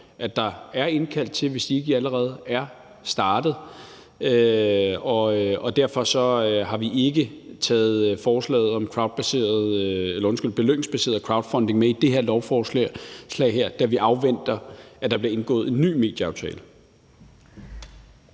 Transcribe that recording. jeg der er indkaldt til, hvis de ikke allerede er startet. Og derfor har vi ikke taget forslaget om belønningsbaseret crowdfunding med i det her lovforslag, da vi afventer, at der bliver indgået en ny medieaftale.